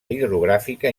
hidrogràfica